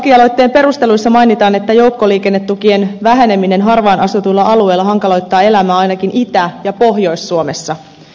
lakialoitteen perusteluissa mainitaan että joukkoliikennetukien väheneminen harvaan asutuilla alueilla hankaloittaa elämää ainakin itä ja pohjois suomessa